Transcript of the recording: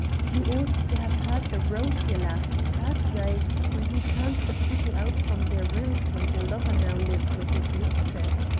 you ought to have heard the row here last saturday when he turned the people out from their rooms where your lover now lives with his mistress.